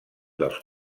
dels